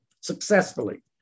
successfully